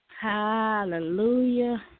Hallelujah